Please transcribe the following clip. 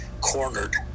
cornered